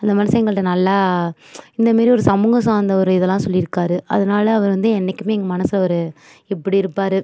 அந்த மனுஷன் எங்கள்கிட்ட நல்லா இந்த மாதிரி ஒரு சமூகம் சார்ந்த ஒரு இதெல்லாம் சொல்லிருக்கார் அதனால் அவர் வந்து என்னைக்குமே எங்கள் மனசில் ஒரு இப்படி இருப்பார்